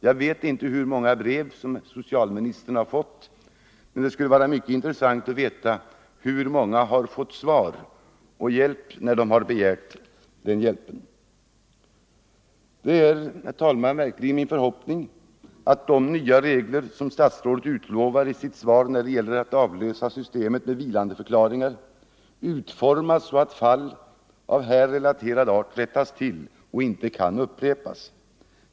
Jag vet inte hur många brev socialministern fått, men det skulle vara mycket intressant att veta hur många som fått svar och hjälp när de begärt detta. Det är, herr talman, verkligen min förhoppning att de nya regler som statsrådet utlovar i sitt svar, när det gäller att avlösa systemet med vilandeförklaringar, skall utformas så att fall av här relaterad art rättas till och inte kan upprepas.